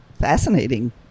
fascinating